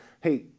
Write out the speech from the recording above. Hey